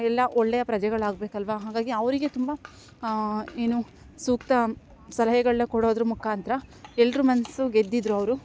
ಎಲ್ಲ ಒಳ್ಳೇಯ ಪ್ರಜೆಗಳು ಆಗ್ಬೇಕು ಅಲ್ಲವಾ ಹಾಗಾಗಿ ಅವರಿಗೆ ತುಂಬ ಏನು ಸೂಕ್ತ ಸಲಹೆಗಳನ್ನ ಕೊಡೋದ್ರ ಮುಖಾಂತ್ರ ಎಲ್ಲರು ಮನಸ್ಸು ಗೆದ್ದಿದ್ದರು ಅವರು